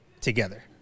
together